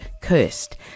cursed